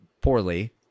poorly